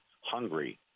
hungry